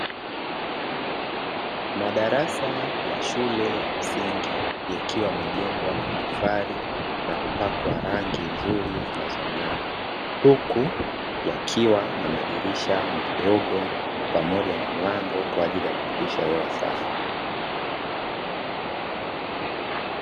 Madarasa ya shule ya msingi yakiwa yamejengwa kwa tofali na kupakwa rangi nzuri zinazong'aa, huku yakiwa na madirisha madogo pamoja na mlango kwa ajili ya kupitisha hewa safi.